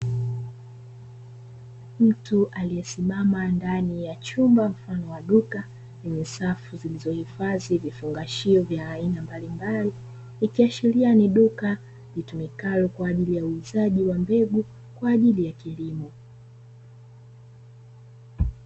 Mtu aliesimama ndani ya chumba mfano wa duka lenye safu zilizohifadhi vifungashio vya aina mbalimbali, ikiashiria ni duka litumikalo kwa ajili ya uuzaji wa mbegu kwa ajili ya kilimo.